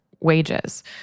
wages